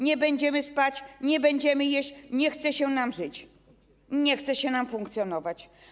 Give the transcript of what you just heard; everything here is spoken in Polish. Nie będziemy spać, nie będziemy jeść, nie chce się nam żyć, nie chce się nam funkcjonować.